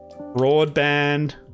Broadband